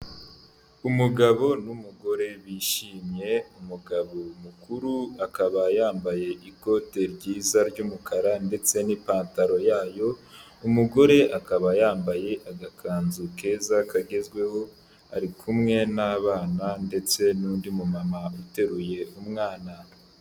Umugabo n'umugore bishimye, umugabo mukuru akaba yambaye ikote ryiza ry'umukara ndetse n'ipantaro yayo, umugore akaba yambaye agakanzu keza kagezweho, ari kumwe n'abana ndetse n'undi mumama uteruye umwana.